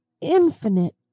infinite